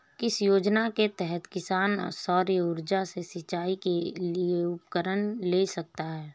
किस योजना के तहत किसान सौर ऊर्जा से सिंचाई के उपकरण ले सकता है?